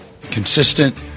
consistent